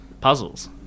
puzzles